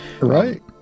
Right